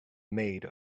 made